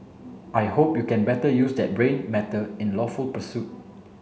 I hope you can better use that brain matter in lawful pursuit